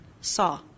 saw